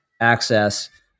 access